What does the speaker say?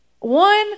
One